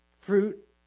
fruit